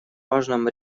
важном